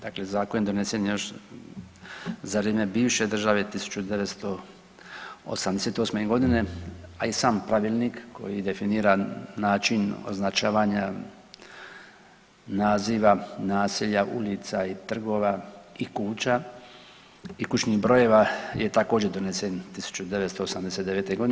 Dakle, zakon je donesen još za vrijeme bivše države 1988.g., a i sam pravilnik koji je definira način označavanja naziva naselja, ulica i trgova i kuća i kućnih brojeva je također donesen 1989.g.